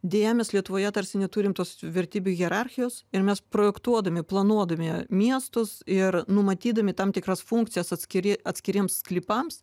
deja mes lietuvoje tarsi neturim tos vertybių hierarchijos ir mes projektuodami planuodami miestus ir numatydami tam tikras funkcijas atskiri atskiriems sklypams